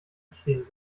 verstehen